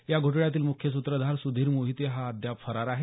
या घोटाळ्यातील मुख्य सूत्रधार सुधीर मोहिते हा अद्याप फरार आहे